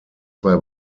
zwei